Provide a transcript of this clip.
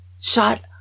shot